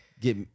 Get